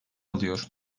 alıyor